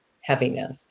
heaviness